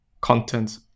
content